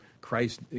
Christ